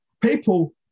People